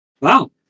Wow